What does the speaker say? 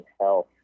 health